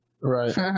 right